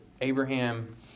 Abraham